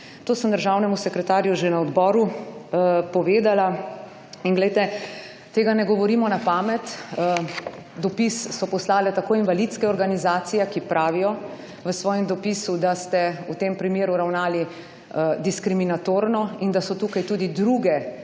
To sem državnemu sekretarju že na odboru povedala. Tega ne govorimo na pamet. Dopis so poslale tako invalidske organizacije, ki pravijo v svojem dopisu, da ste v tem primeru ravnali diskriminatorno in da so tukaj tudi druge